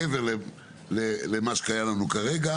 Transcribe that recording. מעבר למה שהיה לנו כרגע